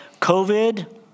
COVID